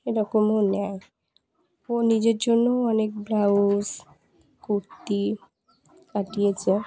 এরকমও নেয় ও নিজের জন্যও অনেক ব্লাউজ কুর্তি কাটিয়েছে